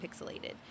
pixelated